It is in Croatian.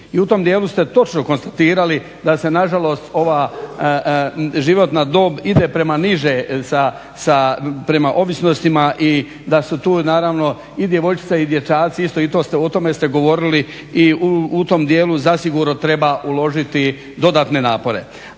I u tom dijelu ste točno konstatirali da se nažalost ova životna dob ide prema niže prema ovisnostima i da su tu naravno i djevojčice i dječaci, isto i o tome ste govorili, i u tom dijelu zasigurno treba uložiti dodatne napore.